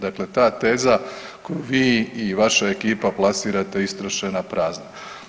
Dakle, ta teza koju vi i vaša ekipa plasirate istrošena, prazna.